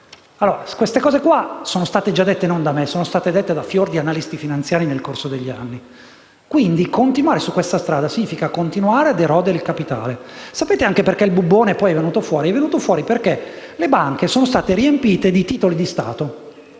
insieme. Queste cose sono state già dette non da me, ma da fior di analisti finanziari nel corso degli anni; quindi, continuare su questa strada significa continuare ad erodere il capitale. Sapete perché poi il bubbone è venuto fuori? Perché le banche sono state riempite di titoli di Stato